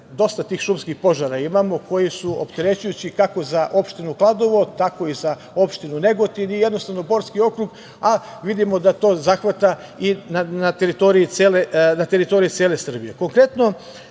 dosta tih šumskih požara koji su opterećujući kako za opštinu Kladovo, tako i za opštinu Negotin i Borski okrug, a vidimo da to zahvata i teritoriju cele Srbije. Konkretno,